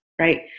Right